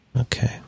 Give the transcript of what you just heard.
Okay